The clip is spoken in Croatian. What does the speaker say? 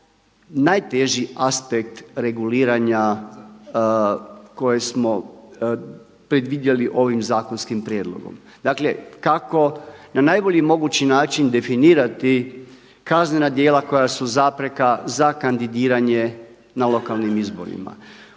najteži aspekt reguliranja koji smo predvidjeli ovim zakonskim prijedlogom. Dakle, kako na najbolji mogući način definirati kaznena djela koja su zapreka za kandidiranje na lokalnim izborima.